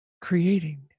creating